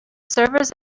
servers